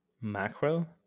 Macro